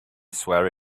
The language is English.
swear